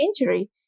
injury